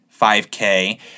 5K